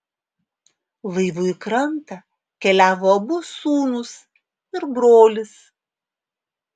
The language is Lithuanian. laivu į krantą keliavo abu sūnūs ir brolis